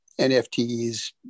NFTs